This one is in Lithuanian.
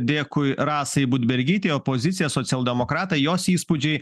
dėkui rasai budbergytei opozicija socialdemokratai jos įspūdžiai